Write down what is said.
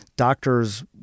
Doctors